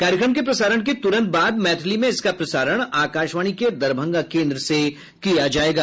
कार्यक्रम के प्रसारण के तुरंत बाद मैथिली में इसका प्रसारण आकाशवाणी के दरभंगा केन्द्र से किया जायेगा